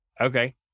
Okay